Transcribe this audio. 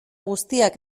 guztiak